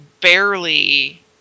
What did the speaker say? barely